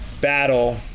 battle